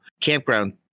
campground